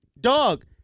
Dog